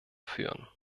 führen